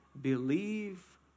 believe